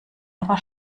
aber